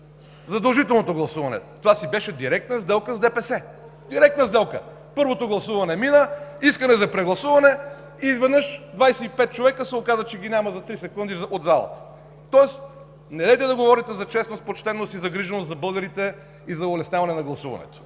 задължителното гласуване. Това си беше директна сделка с ДПС. Директна сделка! Първото гласуване мина, искане за прегласуване и изведнъж се оказа, че 25 човека за три секунди ги няма от залата! Следователно не говорете за честност, почтеност и загриженост за българите и за улесняване на гласуването!